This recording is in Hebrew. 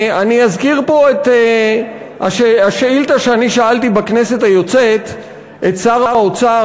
אני אזכיר פה את השאילתה שאני שאלתי בכנסת היוצאת את שר האוצר,